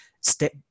step